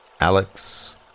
Alex